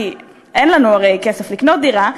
כי אין לנו הרי כסף לקנות דירה,